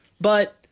But-